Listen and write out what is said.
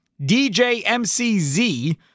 DJMCZ